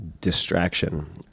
distraction